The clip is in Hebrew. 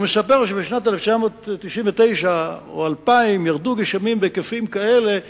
הוא מספר לי שבשנת 1999 או 2000 ירדו גשמים בהיקפים כאלה,